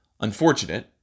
unfortunate